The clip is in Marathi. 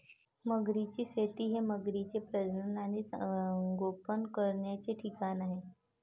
मगरींची शेती हे मगरींचे प्रजनन आणि संगोपन करण्याचे ठिकाण आहे